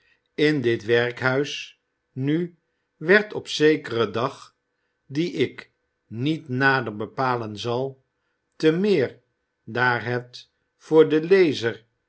in dit werkhuis nu werd op zekeren dag dien ik niet nader bepalen zal te meer daar het voor den lezer